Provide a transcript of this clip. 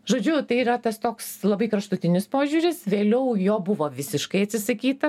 žodžiu tai yra tas toks labai kraštutinis požiūris vėliau jo buvo visiškai atsisakyta